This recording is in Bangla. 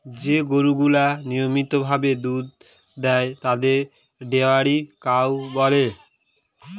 যে গরুগুলা নিয়মিত ভাবে দুধ দেয় তাদের ডেয়ারি কাউ বলে